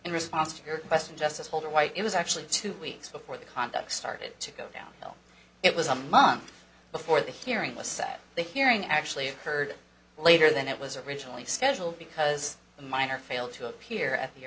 in response to your question just as holder white it was actually two weeks before the conduct started to go down it was a month before the hearing was set the hearing actually occurred later than it was originally scheduled because the miner failed to appear at the